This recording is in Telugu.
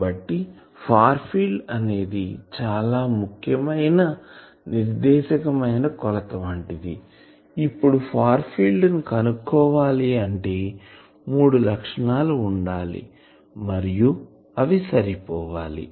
కాబట్టి ఫార్ ఫీల్డ్ అనేది చాలా ముఖ్యమైన నిర్దేశికమైన కొలత వంటిది ఇప్పుడు ఫార్ ఫీల్డ్ ని కనుక్కోవాలి అంటే మూడు లక్షణాలు ఉండాలి మరియు అవి సరిపోవాలి